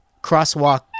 crosswalk